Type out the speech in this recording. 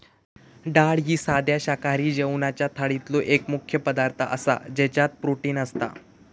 डाळ ही साध्या शाकाहारी जेवणाच्या थाळीतलो एक मुख्य पदार्थ आसा ज्याच्यात प्रोटीन असता